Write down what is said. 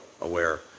aware